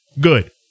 Good